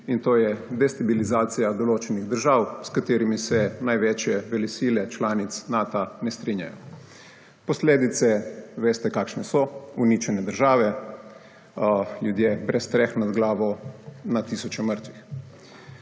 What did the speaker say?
in to je destabilizacija določenih držav, s katerimi se največje velesile članic Nata ne strinjajo. Posledice, veste, kakšne so. Uničene države. Ljudje brez streh nad glavo. Na tisoče mrtvih.